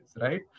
right